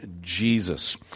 Jesus